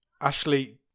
Ashley